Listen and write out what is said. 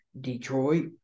Detroit